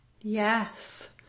yes